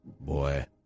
Boy